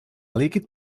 líquid